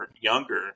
younger